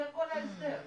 היום